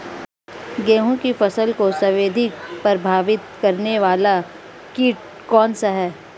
गेहूँ की फसल को सर्वाधिक प्रभावित करने वाला कीट कौनसा है?